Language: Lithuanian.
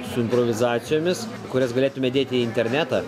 su improvizacijomis kurias galėtume dėti į internetą